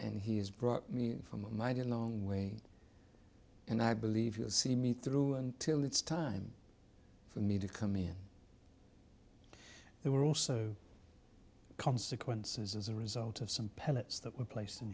and he has brought me in from a mighty long way and i believe you will see me through until it's time for me to come in there were also consequences as a result of some pellets that were placed in